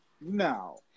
no